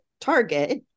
target